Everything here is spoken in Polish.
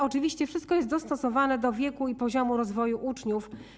Oczywiście wszystko jest dostosowane do wieku i poziomu rozwoju uczniów.